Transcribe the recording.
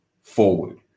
forward